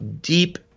deep